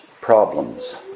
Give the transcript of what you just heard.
problems